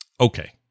Okay